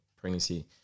pregnancy